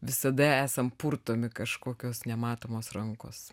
visada esam purtomi kažkokios nematomos rankos